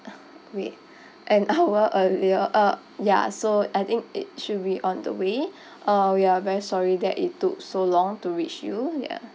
uh wait an hour earlier uh ya so I think it should be on the way uh we are very sorry that it took so long to reach you ya